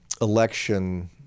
Election